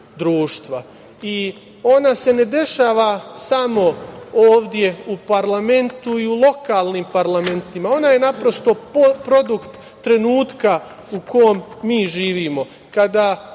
Ona se ne dešava samo ovde u parlamentu i u lokalnim parlamentima, ona je naprosto produkt trenutka u kom mi živimo.